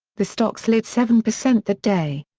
the stock slid seven percent that day.